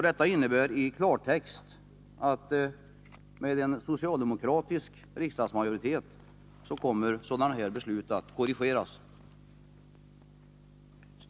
Detta innebär i klartext: med en socialdemokratisk riksdagsmajoritet kommer sådana här beslut att korrigeras.